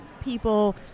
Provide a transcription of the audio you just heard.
people